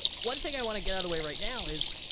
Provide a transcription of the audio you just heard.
one thing i wanna get outta the way right now is,